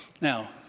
Now